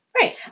Right